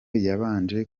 yabanje